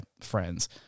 friends